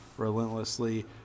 relentlessly